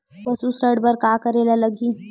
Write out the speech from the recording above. पशु ऋण बर का करे ला लगही?